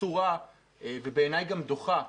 אסורה ובעיניי גם דוחה,